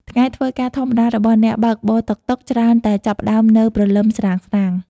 ថ្ងៃធ្វើការធម្មតារបស់អ្នកបើកបរតុកតុក ច្រើនតែចាប់ផ្តើមនៅព្រលឹមស្រាងៗ។